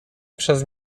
przez